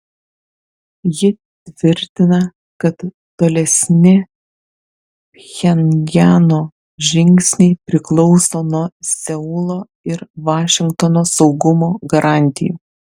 ji tvirtina kad tolesni pchenjano žingsniai priklauso nuo seulo ir vašingtono saugumo garantijų